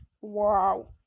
Wow